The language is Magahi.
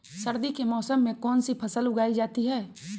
सर्दी के मौसम में कौन सी फसल उगाई जाती है?